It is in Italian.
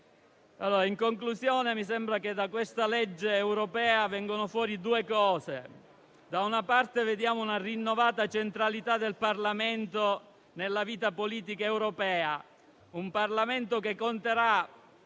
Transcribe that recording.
In conclusione, mi sembra che da questa legge europea emergano due elementi: da una parte vediamo una rinnovata centralità del Parlamento nella vita politica europea, un Parlamento che conterà